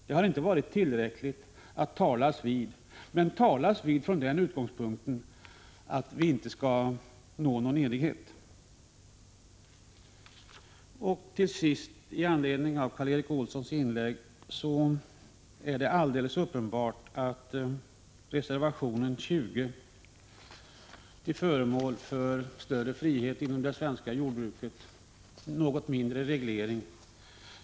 Det har inte varit tillräckligt att talas vid, men talas vid från den utgångspunkten att vi inte skall nå någon enighet. Till sist: Med anledning av Karl Erik Olssons inlägg är det alldeles uppenbart att det som anförs i reservation 20 skulle leda till större frihet inom det svenska jordbruket — något mindre reglering.